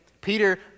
Peter